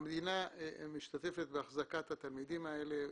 המדינה משתתפת באחזקת התלמידים האלה.